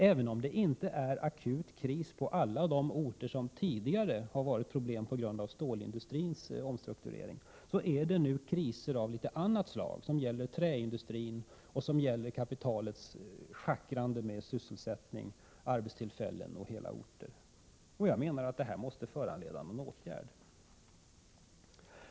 Även om det inte är akut kris på alla orter där det tidigare har varit problem på grund av stålindustrins omstrukturering, är det nu kriser av litet annat slag som gäller träindustrin och kapitalets schackrande med arbetstillfällen och hela orter. Jag menar att det måste föranleda någon åtgärd.